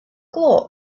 glo